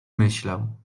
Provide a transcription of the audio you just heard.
myślał